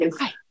hi